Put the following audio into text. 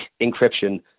encryption